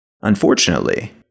Unfortunately